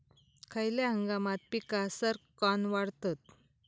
खयल्या हंगामात पीका सरक्कान वाढतत?